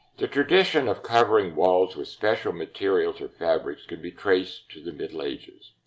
the tradition of covering walls with special materials or fabrics can be traced to the middle ages.